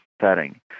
setting